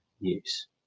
news